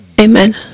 Amen